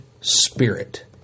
spirit